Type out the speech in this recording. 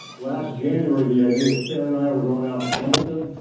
last january the idea that karen and i were going out to hamilton.